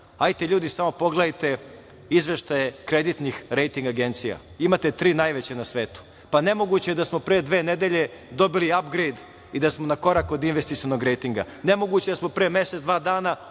od nas, samo pogledajte izveštaje kreditnih rejting agencija. Imate tri najveće na svetu, nemoguće je da smo pre dve nedelje dobili apgrejd i da smo na korak od investicionog rejtinga, nemoguće je da smo pre mesec, dva dana